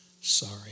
sorry